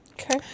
Okay